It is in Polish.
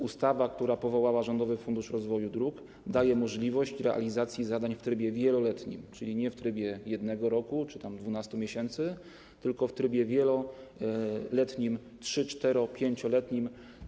Ustawa, która powołała Rządowy Fundusz Rozwoju Dróg, daje możliwość realizacji zadań w trybie wieloletnim, czyli nie w trybie 1 roku czy tam 12 miesięcy, tylko w trybie wieloletnim, 3-, 4-, 5-letnim.